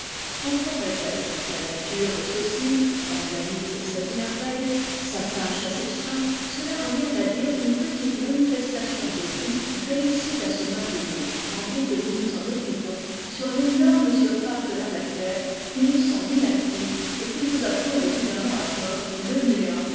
quand on répète la nature veut ceci organise celte merveille s'attache à cette fin cela revient à dire qu'une petite manifestation de vie réussit à se maintenir tandis que nous nous en occupons sur l'énorme surface de la matière qui nous semble inactive et que nous appelons évidemment à tort le néant